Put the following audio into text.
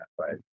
right